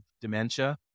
dementia